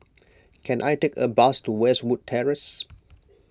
can I take a bus to Westwood Terrace